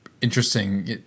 interesting